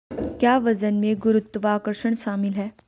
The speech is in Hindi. क्या वजन में गुरुत्वाकर्षण शामिल है?